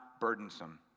burdensome